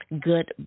good